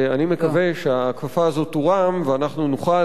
ואני מקווה שהכפפה הזאת תורם ואנחנו נוכל